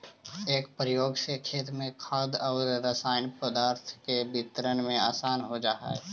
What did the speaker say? एकर प्रयोग से खेत में खाद औउर रसायनिक पदार्थ के वितरण में आसान हो जा हई